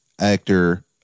actor